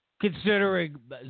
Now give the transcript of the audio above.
Considering